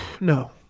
No